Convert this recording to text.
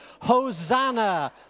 Hosanna